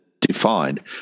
defined